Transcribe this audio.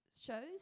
Shows